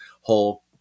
whole